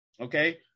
Okay